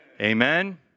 Amen